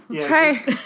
Try